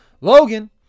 logan